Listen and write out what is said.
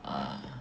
ah